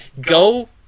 Go